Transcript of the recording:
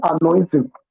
anointing